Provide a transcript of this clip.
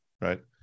Right